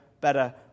better